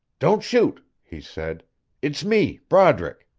don't shoot, he said it's me broderick.